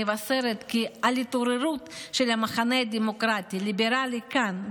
מבשרת על התעוררות של המחנה הדמוקרטי-ליברלי כאן,